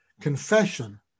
confession